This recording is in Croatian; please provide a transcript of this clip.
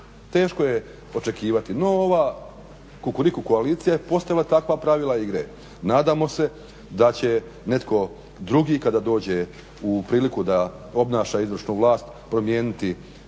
Teško je očekivati. No ova Kukuriku koalicija je postavila takva pravila igre. Nadamo se da će netko drugi kada dođe u priliku da obnaša izvršnu vlast promijeniti